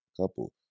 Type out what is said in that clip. couple